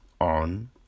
on